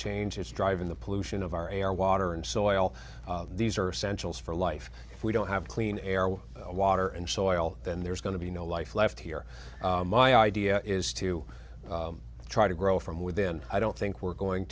change is driving the pollution of our air water and soil these are essential for life if we don't have clean air water and soil then there's going to be no life left here my idea is to try to grow from within i don't think we're going